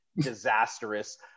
disastrous